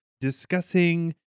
discussing